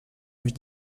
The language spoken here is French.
envie